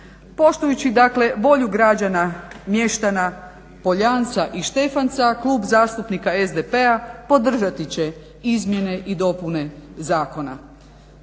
Poštujući dakle volju građana, mještana Poljanca i Štefanca Klub zastupnika SDP-a podržati će izmjene i dopune zakona.